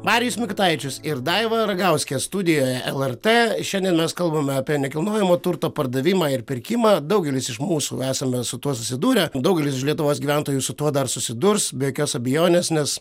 marijus mikutavičius ir daiva ragauskė studijoje lrt šiandien mes kalbame apie nekilnojamo turto pardavimą ir pirkimą daugelis iš mūsų esame su tuo susidūrę daugelis lietuvos gyventojų su tuo dar susidurs be jokios abejonės nes